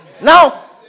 Now